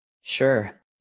Sure